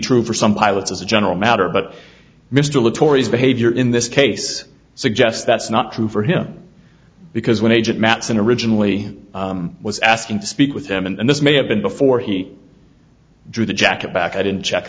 true for some pilots as a general matter but mr la tori's behavior in this case suggests that's not true for him because when agent mattson originally was asking to speak with them and this may have been before he drew the jacket back i didn't check